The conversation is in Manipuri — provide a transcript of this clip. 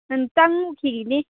ꯎꯝ ꯆꯪꯉꯨꯈꯤꯅꯤ